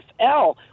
NFL